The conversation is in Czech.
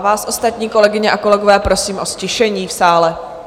Vás ostatní, kolegyně a kolegové, prosím o ztišení v sále.